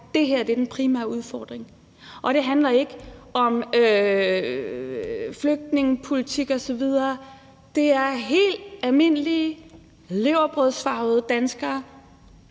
Det her er den primære udfordring. Det handler ikke om flygtningepolitik osv. Det er helt almindelige leverpostejsfarvede danskere,